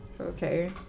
Okay